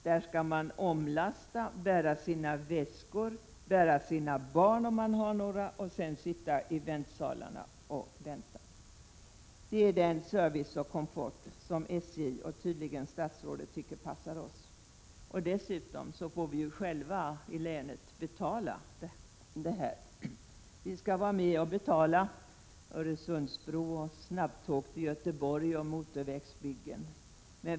Där skall de 93 omlasta, bära sina väskor och eventuella barn och sedan sitta i väntsalen och vänta. Det är den service och komfort som SJ och tydligen statsrådet tycker passar oss. Dessutom får vi i länet själva betala detta. Vi skall vara med och betala Öresundsbron, snabbtåg till Göteborg och motorvägsbyggen.